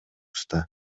уста